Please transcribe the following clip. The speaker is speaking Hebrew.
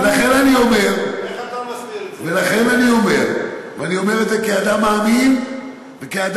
ולכן, אני אומר, אז איך אתה מסביר את זה?